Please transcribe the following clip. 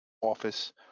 office